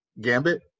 Gambit